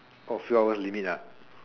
oh few hours limit ah